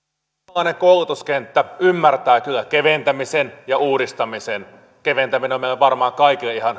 suomalainen koulutuskenttä ymmärtää kyllä keventämisen ja uudistamisen keventäminen on varmaan meille kaikille